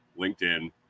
LinkedIn